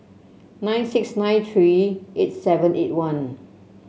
nine six nine three eight seven eight one